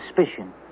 suspicion